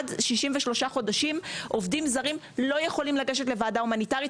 עובדים זרים שנמצאים כאן עד 63 חודשים לא יכולים לגשת לוועדה הומניטרית,